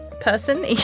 person